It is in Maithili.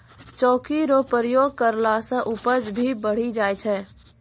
चौकी रो प्रयोग करला से उपज भी बढ़ी जाय छै